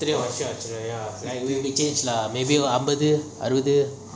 free of charge already lah change lah maybe other